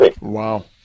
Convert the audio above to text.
Wow